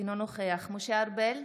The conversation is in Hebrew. אינו נוכח משה ארבל,